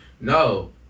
No